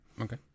Okay